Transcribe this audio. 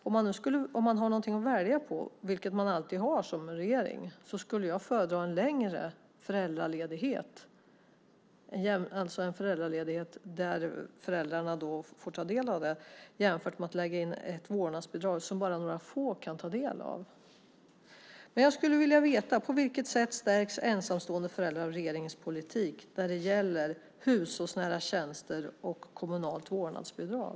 Om man har någonting att välja på - vilket man alltid har som regering - skulle jag föredra en längre föräldraledighet som kan komma alla till del framför ett vårdnadsbidrag som bara några få kan ta del av. Jag skulle vilja veta på vilket sätt ensamstående föräldrar stärks av regeringens politik när det gäller hushållsnära tjänster och kommunalt vårdnadsbidrag.